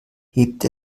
hebt